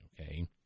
Okay